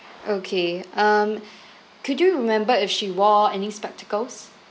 okay um could you remember if she wore any spectacles